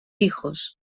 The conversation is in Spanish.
hijos